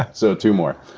so, two more.